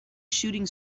shooting